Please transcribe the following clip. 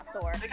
Thor